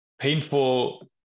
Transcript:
painful